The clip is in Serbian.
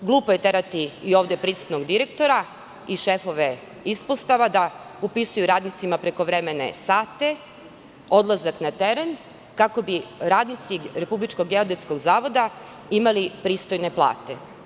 Glupo je terati i ovde prisutnog direktora i šefove ispostava da upisuju radnicima prekovremen sate, odlazak na teren, kako bi radnici RGZ imali pristojne plate.